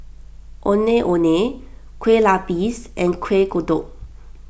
Ondeh Ondeh Kueh Lapis and Kuih Kodok